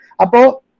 Apo